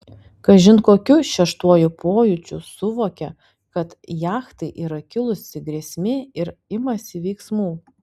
kažin kokiu šeštuoju pojūčiu suvokia kad jachtai yra kilusi grėsmė ir imasi veiksmų